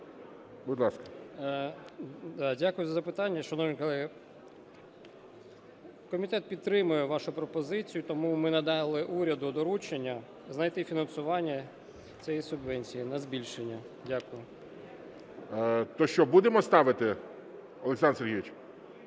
Дякую за запитання. Шановні колеги, комітет підтримує вашу пропозицію, тому ми надали уряду доручення знайти фінансування цієї субвенції на збільшення. Дякую. ГОЛОВУЮЧИЙ. То що, будемо ставити, Олександр Сергійович?